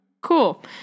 Cool